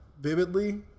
vividly